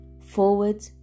forward